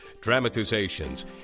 dramatizations